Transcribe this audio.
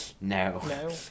No